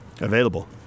Available